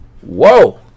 Whoa